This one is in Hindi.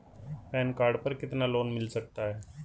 पैन कार्ड पर कितना लोन मिल सकता है?